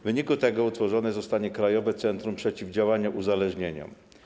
W wyniku tego utworzone zostanie Krajowe Centrum Przeciwdziałania Uzależnieniom.